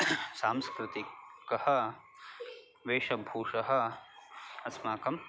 सांस्कृतिकः वेशभूषः अस्माकं